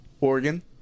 Oregon